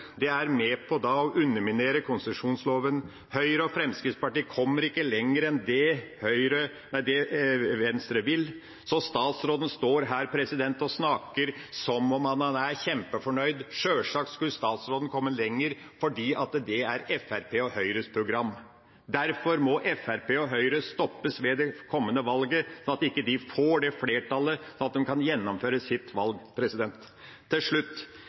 splittet Venstre er med på å underminere konsesjonsloven. Høyre og Fremskrittspartiet kommer ikke lenger enn det Venstre vil. Statsråden står her og snakker som om han er kjempefornøyd. Sjølsagt skulle statsråden kommet lenger, fordi det sier Fremskrittspartiets og Høyres program. Derfor må Fremskrittspartiet og Høyre stoppes ved det kommende valget, slik at de ikke får flertall for å gjennomføre sitt syn. Til slutt: